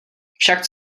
však